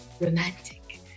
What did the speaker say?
romantic